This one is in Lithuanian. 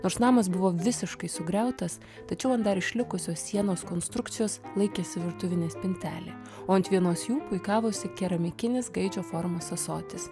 nors namas buvo visiškai sugriautas tačiau ant dar išlikusios sienos konstrukcijos laikėsi virtuvinė spintelė o ant vienos jų puikavosi keramikinis gaidžio formos ąsotis